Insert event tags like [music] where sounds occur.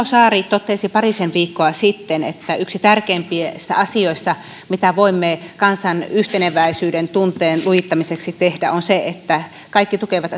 [unintelligible] saari totesi parisen viikkoa sitten että yksi tärkeimmistä asioista mitä voimme kansan yhteneväisyyden tunteen lujittamiseksi tehdä on se että kaikki tukevat [unintelligible]